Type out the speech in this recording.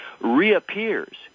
reappears